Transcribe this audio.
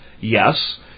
Yes